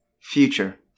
Future